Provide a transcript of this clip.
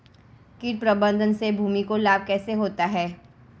कीट प्रबंधन से भूमि को लाभ कैसे होता है?